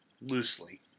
Loosely